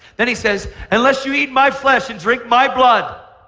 then he says unless you eat my flesh and drink my blood,